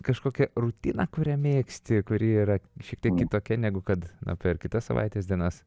kažkokią rutiną kurią mėgsti kuri yra šiek tiek kitokia negu kad nu per kitas savaitės dienas